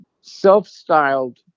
self-styled